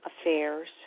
affairs